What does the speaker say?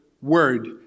word